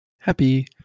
happy